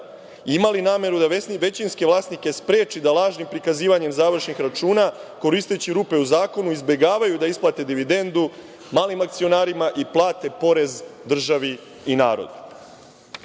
ima li nameru da većinske vlasnike spreči da lažnim prikazivanjem završnih računa, koristeći rupe u zakonu, izbegavaju da isplate dividendu malim akcionarima i plate porez državi i